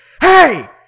hey